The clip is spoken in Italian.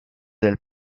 del